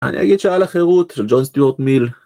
אני אגיד שהיה לה חירות של ג'ון סטיורט מיל.